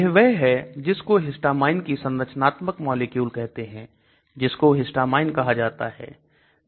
यह वह है जिस को हिस्टामाइन की संरचनात्मक मॉलिक्यूल कहते हैं जिसको हिस्टामाइन कहा जाता है